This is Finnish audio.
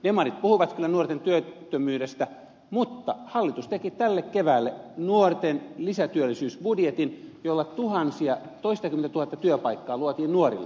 demarit puhuvat kyllä nuorten työttömyydestä mutta hallitus teki tälle keväälle nuorten lisätyöllisyysbudjetin jolla tuhansia toistakymmentä tuhatta työpaikkaa luotiin nuorille